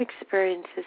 experiences